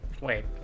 wait